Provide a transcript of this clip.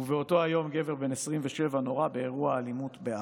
ובאותו היום גבר בן 27 נורה באירוע אלימות בעכו.